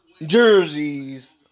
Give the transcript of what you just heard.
jerseys